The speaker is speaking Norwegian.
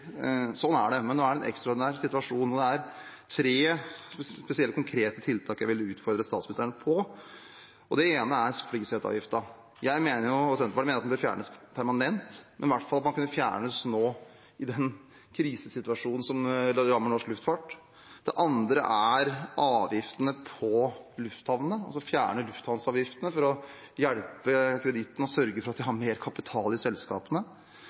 Sånn er det. Men nå er det en ekstraordinær situasjon, og det er spesielt tre konkrete tiltak jeg vil utfordre statsministeren på. Det ene er flyseteavgiften. Jeg og Senterpartiet mener den bør fjernes permanent, men at den i hvert fall bør kunne fjernes nå i den krisesituasjonen som rammer norsk luftfart. Det andre er avgiftene på lufthavnene – altså å fjerne lufthavnsavgiftene for å hjelpe på kreditten og sørge for mer kapital i selskapene.